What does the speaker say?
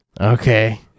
Okay